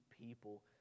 people